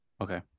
Okay